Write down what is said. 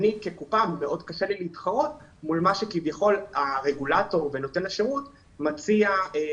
כקופה מאוד קשה לי להתחרות לעומת מה שמציע הרגולטור ונותן השירות לגיוס,